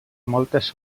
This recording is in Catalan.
moltes